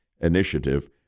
initiative